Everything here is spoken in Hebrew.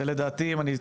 זה לדעתי, אם אני צודק,